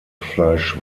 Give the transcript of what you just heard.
fleisch